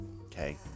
Okay